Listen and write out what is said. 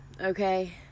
Okay